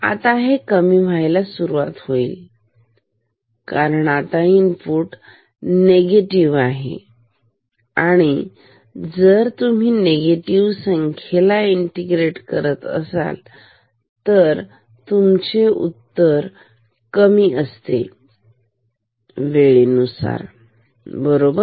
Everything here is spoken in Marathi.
आता हे कमी व्हायला सुरुवात होईल कारण आता इनपुट नेगेटिव आहे आणि जर तुम्ही निगेटिव्ह संख्या ला इंटिग्रेट करत असाल तर तुमचे उत्तर कमी असते वेळेनुसार बरोबर